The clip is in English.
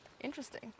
interesting